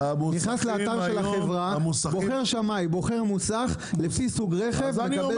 אתה נכנס לאתר של החברה ובוחר שמאי ומוסך לפי סוג רכב ומקבל